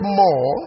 more